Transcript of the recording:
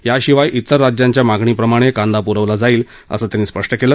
याशिवाय त्विर राज्यांच्या मागणीप्रमाणे कांदा पुरवला जाईल असं त्यांनी स्पष्ट केलं